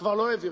כבר לא העביר.